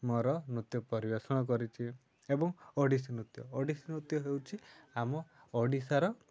ମୋର ନୃତ୍ୟ ପରିବେଷଣ କରିଛି ଏବଂ ଓଡ଼ିଶୀ ନୃତ୍ୟ ଓଡ଼ିଶୀ ନୃତ୍ୟ ହେଉଛି ଆମ ଓଡ଼ିଶାର